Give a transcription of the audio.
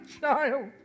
child